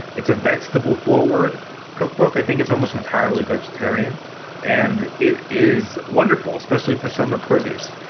it's a vegetable forward cookbook. i think it's almost entirely vegetarian and it is wonderful, especially for summer produce.